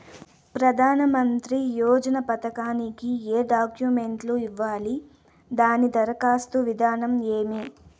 ప్రధానమంత్రి యోజన పథకానికి ఏ డాక్యుమెంట్లు ఇవ్వాలి దాని దరఖాస్తు విధానం ఏమి